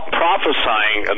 prophesying